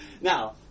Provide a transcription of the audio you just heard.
Now